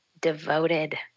devoted